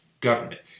government